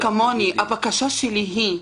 הבקשה שלי היא,